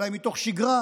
אולי מתוך שגרה,